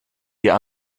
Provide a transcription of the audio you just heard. ihr